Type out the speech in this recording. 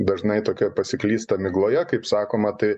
dažnai tokia pasiklysta migloje kaip sakoma tai